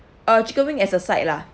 uh chicken wing as a side lah